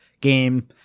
game